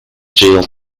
jail